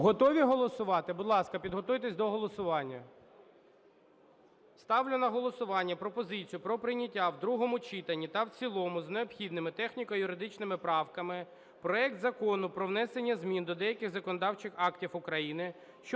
Готові голосувати? Будь ласка, підготуйтесь до голосування. Ставлю на голосування пропозицію про прийняття в другому читанні та в цілому з необхідними техніко-юридичними правками проект Закону про внесення змін до деяких законодавчих актів України,